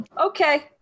Okay